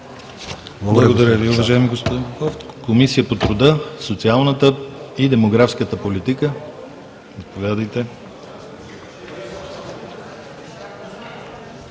Благодаря Ви, уважаеми господин Попов. Комисия по труда, социалната и демографската политика – заповядайте,